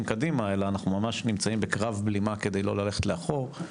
קדימה - אלא אנחנו ממש בקרב בלימה כדי לא ללכת לאחור,